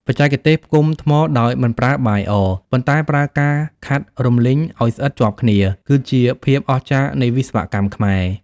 បច្ចេកទេសផ្គុំថ្មដោយមិនប្រើបាយអ ប៉ុន្តែប្រើការខាត់រំលីងឱ្យស្អិតជាប់គ្នា គឺជាភាពអស្ចារ្យនៃវិស្វកម្មខ្មែរ។